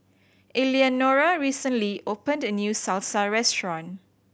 Eleanora recently opened a new Salsa Restaurant